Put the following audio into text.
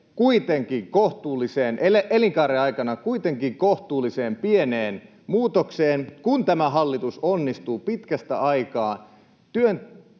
yhteen elinkaarensa aikana kuitenkin kohtuullisen pieneen muutokseen, kun tämä hallitus onnistuu pitkästä aikaa